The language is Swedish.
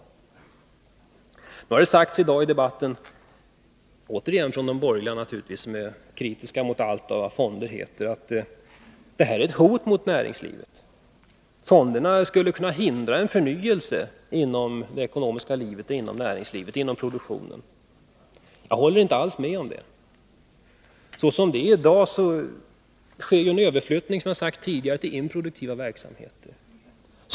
Det har sagts i debatten i dag— återigen naturligtvis från de borgerliga, som är kritiska mot allt vad fonder heter — att fonderna är ett hot mot näringslivet. Fonderna skulle kunna hindra en förnyelse inom det ekonomiska livet, inom näringslivet och produktionen, menar man. Jag håller inte alls med om det. Som det är i dag sker en överflyttning till, som jag sagt tidigare, improduktiva verksamheter.